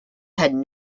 had